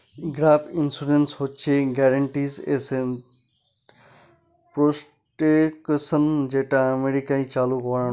gap insurance হচ্ছে guaranteed asset protection যেটা আমেরিকায় চালু করানো হয়